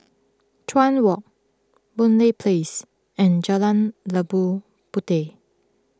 Chuan Walk Boon Lay Place and Jalan Labu Puteh